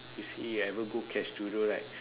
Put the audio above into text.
you see you ever go K studio right